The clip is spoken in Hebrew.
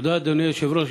תודה, אדוני היושב-ראש.